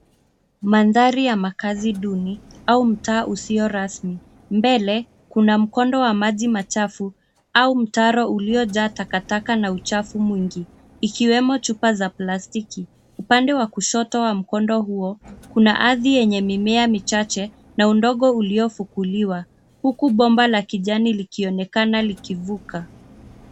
Mandhari ya makazi duni au mtaa usio rasmi. Mbele kuna mkondo wa maji machafu au mtaro uliojaa takataka na uchafu mwingi ikiwemo chupa za plastiki. Upande wa kushoto wa mkondo huo kuna ardhi yenye mimea michache na udongo uliofukuliwa huku bomba la kijani likionekana likivuka.